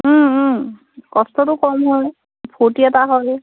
কষ্টটো কম হয় ফূৰ্তি এটা হয়